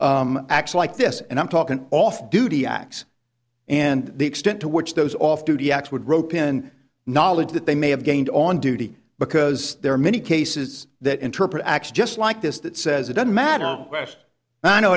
them acts like this and i'm talking off duty acts and the extent to which those off duty acts would rope in knowledge that they may have gained on duty because there are many cases that interpret acts just like this that says it doesn't matter west and i know